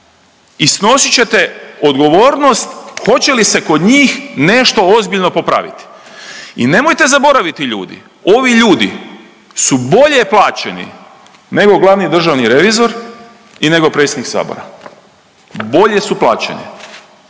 i snosit ćete odgovornost hoće li se kod njih nešto ozbiljno popraviti. I nemojte zaboraviti ljudi, ovi ljudi su bolje plaćeni nego glavni državni revizor i nego predsjednik Sabora, bolje su plaćeni.